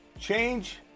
Change